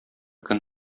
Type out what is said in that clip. көн